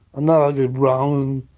know i did wrong,